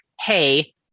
hey